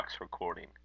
recording